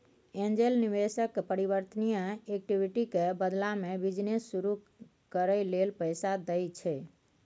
angel निवेशक परिवर्तनीय equity के बदला में बिजनेस शुरू करइ लेल पैसा दइ छै